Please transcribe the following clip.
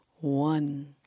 One